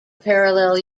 parallel